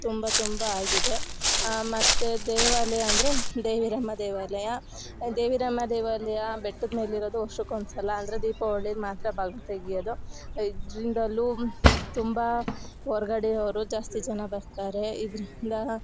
ತುಂಬ ತುಂಬ ಆಗಿದೆ ಮತ್ತು ದೇವಾಲಯ ಅಂದರೆ ದೇವಿರಮ್ಮ ದೇವಾಲಯ ದೇವಿರಮ್ಮ ದೇವಾಲಯ ಬೆಟ್ಟದ್ಮೇಲೆ ಇರೋದು ವರ್ಷಕ್ಕೆ ಒಂದುಸಲ ಅಂದರೆ ದೀಪಾವಳಿಗೆ ಮಾತ್ರ ಬಾಗ್ಲು ತೆಗಿಯೋದು ಇದ್ರಿಂದಲೂ ತುಂಬ ಹೊರ್ಗಡೆ ಅವರು ಜಾಸ್ತಿ ಜನ ಬರ್ತಾರೆ ಇದ್ರಿಂದ